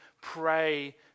pray